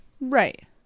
right